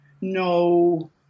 no